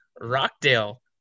rockdale